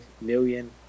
million